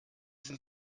sind